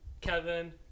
Kevin